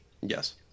Yes